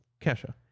kesha